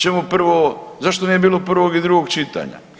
Čemu prvo, zašto ne bi bilo prvog i drugog čitanja?